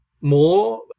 more